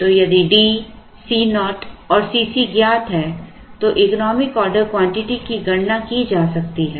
तो यदि D Co और Cc ज्ञात हैं तो इकोनॉमिक ऑर्डर क्वांटिटी की गणना की जा सकती है